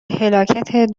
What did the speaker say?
هلاکت